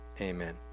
amen